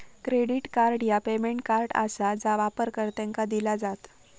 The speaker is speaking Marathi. क्रेडिट कार्ड ह्या पेमेंट कार्ड आसा जा वापरकर्त्यांका दिला जात